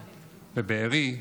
בבארי,